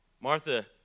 Martha